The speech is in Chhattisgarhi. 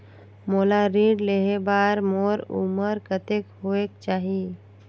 मोला ऋण लेहे बार मोर उमर कतेक होवेक चाही?